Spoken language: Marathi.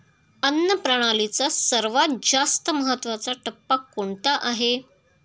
अन्न प्रणालीचा सगळ्यात जास्त महत्वाचा टप्पा कोणता आहे?